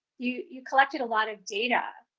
you you collected a lot of data.